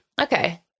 okay